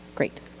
great.